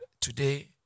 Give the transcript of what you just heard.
today